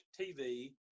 TV